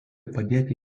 padėti